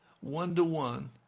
one-to-one